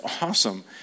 awesome